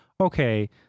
okay